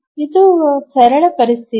ಇದು ಸರಳ ಪರಿಸ್ಥಿತಿ